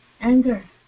anger